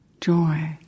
joy